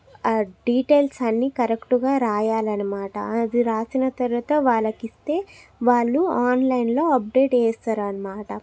ఆ డీటైల్స్ అన్నీ కరెక్ట్గా వ్రాయాలి అన్నమాట అది వ్రాసిన తరువాత వాళ్ళకి ఇస్తే వాళ్ళు ఆన్లైన్లో అప్డేట్ వేస్తారు అన్నమాట